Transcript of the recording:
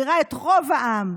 מדירה את רוב העם.